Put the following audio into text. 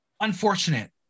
unfortunate